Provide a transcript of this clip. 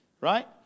Right